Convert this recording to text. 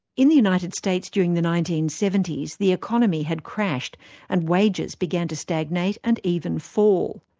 in the united states during the nineteen seventy s, the economy had crashed and wages began to stagnate and even fall.